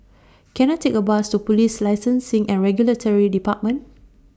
Can I Take A Bus to Police Licensing and Regulatory department